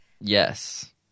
yes